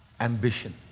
ambition